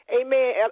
amen